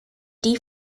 phd